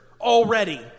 already